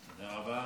תודה רבה.